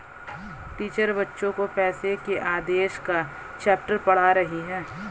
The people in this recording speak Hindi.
टीचर बच्चो को पैसे के आदेश का चैप्टर पढ़ा रही हैं